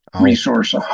resource